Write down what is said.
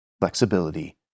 flexibility